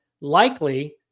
likely